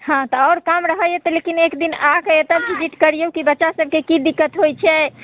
हँ तऽ आओर काम रहैए तऽ लेकिन एक दिन आके एतऽ विजिट करिऔ कि बच्चा सबके की दिक्कत होइ छै